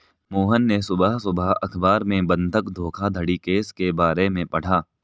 मोहन ने सुबह सुबह अखबार में बंधक धोखाधड़ी केस के बारे में पढ़ा